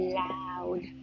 loud